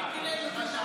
אקספרס.